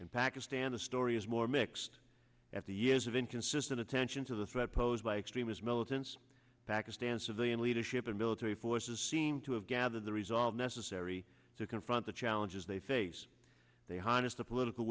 in pakistan the story is more mixed at the years of inconsistent attention to the threat posed by extremist militants pakistan civilian leadership and military forces seem to have gathered the resolve necessary to confront the challenges they face they harness the political